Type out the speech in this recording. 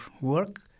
work